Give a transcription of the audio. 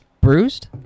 Bruised